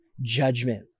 judgment